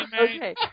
Okay